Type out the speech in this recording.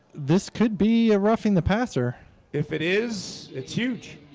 this could be a roughing the passer if it is, it's huge